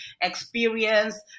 experience